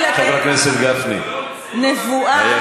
אני אתן לך מה שאת רוצה, חבר הכנסת גפני, היה שקט.